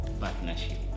partnership